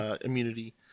immunity